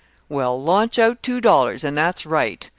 well, launch out two dollars, and that's right.